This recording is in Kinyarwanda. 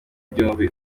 byombi